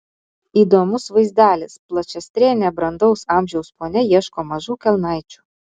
įdomus vaizdelis plačiastrėnė brandaus amžiaus ponia ieško mažų kelnaičių